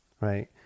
right